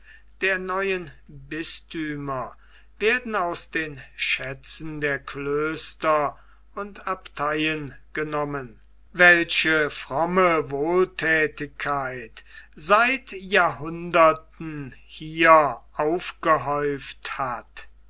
der neuen bisthümer werden aus den schätzen der klöster und abteien genommen welche fromme wohlthätigkeit seit jahrhunderten hier aufgehäuft hat